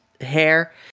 hair